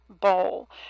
bowl